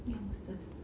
youngsters